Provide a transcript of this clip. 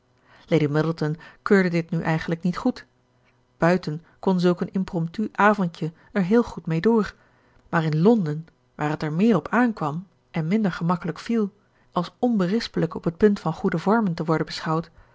lady middleton keurde dit nu eigenlijk niet goed buiten kon zulk een impromptu avondje er heel goed mee door maar in londen waar het er meer op aankwam en minder gemakkelijk viel als onberispelijk op het punt van goede vormen te worden beschouwd